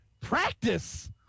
Practice